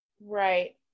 Right